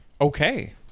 Okay